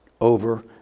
over